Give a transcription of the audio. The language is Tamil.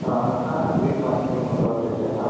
சார் வணக்கம் சார் நான் க்ரீன் பார்க் ஸ்கூல் முதல்வர் பேசுகிறேன் சார்